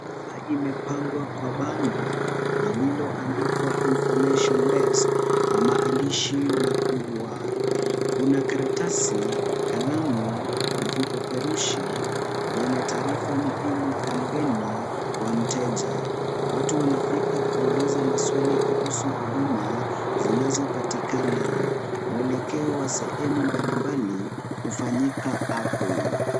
Meza imepangwa kwa bango lililoandikwa information desk kwa maandishi makubwa. Kuna karatasi, kalamu na vipeperushi vyenye taarifa muhimu kwa mgeni wa mteja. Watu wanafika kuuliza maswali kuhusu huduma zilizopatikana. Mwelekeo wa sehemu mbalimbali hufanyika hapo.